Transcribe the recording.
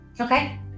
Okay